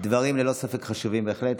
הדברים ללא ספק חשובים, בהחלט.